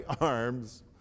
arms